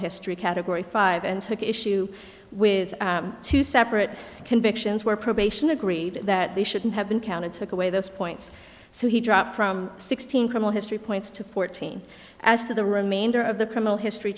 history category five and took issue with two separate convictions where probation agreed that they shouldn't have been counted took away those points so he dropped from sixteen come on history points to fourteen as to the remainder of the criminal history